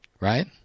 Right